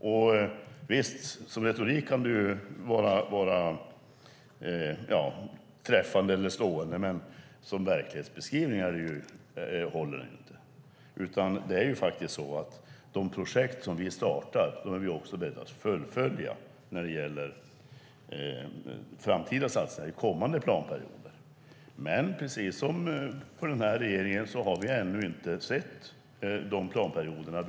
Och visst kan det vara träffande eller slående som retorik, men som verklighetsbeskrivning håller det inte. De projekt som vi startar är vi också beredda att fullfölja när det gäller framtida satsningar i kommande planperioder. Men vi har, precis som regeringen, ännu inte sett de planperioderna.